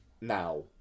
now